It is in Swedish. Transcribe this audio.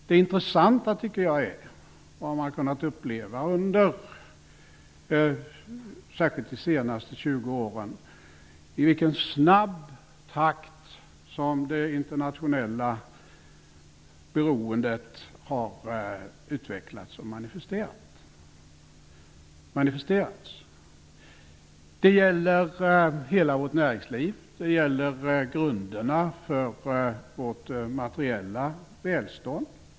Det intressanta tycker jag är vad man har kunnat uppleva under särskilt de senaste 20 åren, i vilken snabb takt som det internationella beroendet har utvecklats och manifesterats. Det gäller hela vårt näringsliv. Det gäller grunderna för vårt materiella välstånd.